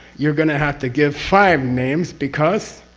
you're going to have to give five names because?